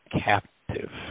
captive